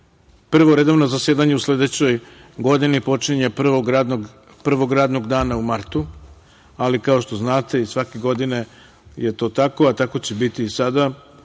prvo redovno zasedanje u sledećoj godini počinje prvog radnog dana u martu mesecu. Kao što znate, i svake godine je to tako i tako će biti i sada,